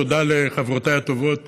תודה לחברותיי הטובות